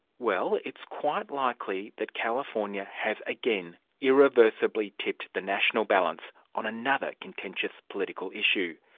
well, it's quite likely that california has again irreversibly tipped the national balance on another contentious political issue,